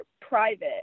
private